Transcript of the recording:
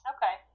Okay